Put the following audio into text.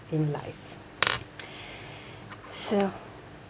in life so